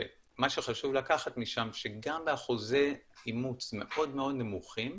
מה שחשוב לקחת משם הוא שגם באחוזי אימוץ מאוד מאוד נמוכים,